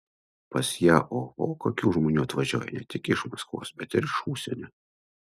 pas ją oho kokių žmonių atvažiuoja ne tik iš maskvos bet ir iš užsienio